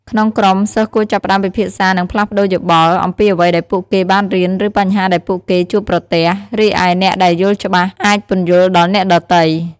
ក្នុងក្រុម សិស្សគួរចាប់ផ្ដើមពិភាក្សានិងផ្លាស់ប្ដូរយោបល់ អំពីអ្វីដែលពួកគេបានរៀន ឬបញ្ហាដែលពួកគេជួបប្រទះ។ រីឯអ្នកដែលយល់ច្បាស់អាចពន្យល់ដល់អ្នកដទៃ។